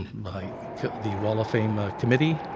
the wall of fame ah committee,